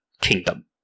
kingdom